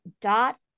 dot